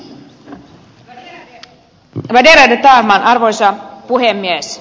värderade talman arvoisa puhemies